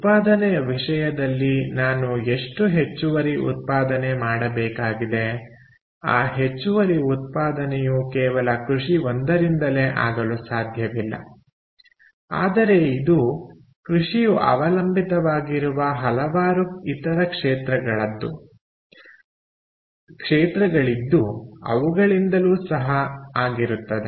ಉತ್ಪಾದನೆಯ ವಿಷಯದಲ್ಲಿ ನಾನು ಎಷ್ಟು ಹೆಚ್ಚುವರಿ ಉತ್ಪಾದನೆ ಮಾಡಬೇಕಾಗಿದೆ ಆ ಹೆಚ್ಚುವರಿ ಉತ್ಪಾದನೆಯು ಕೇವಲ ಕೃಷಿ ಒಂದರಿಂದಲೇ ಆಗಲು ಸಾಧ್ಯವಿಲ್ಲ ಆದರೆ ಇದು ಕೃಷಿಯು ಅವಲಂಬಿತವಾಗಿರುವ ಹಲವಾರು ಇತರ ಕ್ಷೇತ್ರಗಳಿದ್ದು ಅವುಗಳಿಂದಲೂ ಸಹ ಆಗಿರುತ್ತದೆ